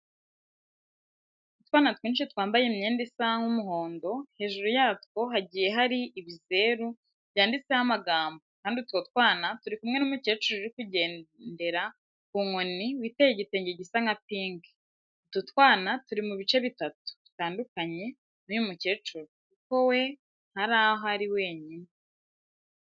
Utwana twinshi twambaye imyenda isa nk'umuhondo, hejuru yatwo hagiye hari ibizeru byanditsemo amagambo kandi utwo twana turi kumwe n'umukecuru uri kugendera ku nkoni witeye igitenge gisa nka pinki. Utu twana turi mu bice bitatu, bitandukanye n'uyu mukecuru kuko we hari aho ari wenyine.